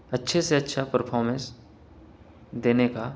اچھے سے اچھا پرفارمنس دینے کا